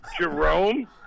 Jerome